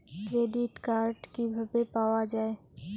Credit card কিভাবে পাওয়া য়ায়?